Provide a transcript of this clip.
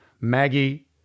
Maggie